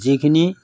যিখিনি